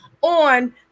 on